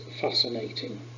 fascinating